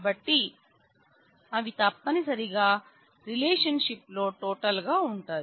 కాబట్టి అవి తప్పనిసరిగా రిలేషన్షిప్ లో టోటల్ గా ఉంటాయి